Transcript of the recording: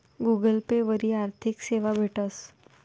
Google Pay वरी आर्थिक सेवा भेटस